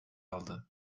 aldı